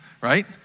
right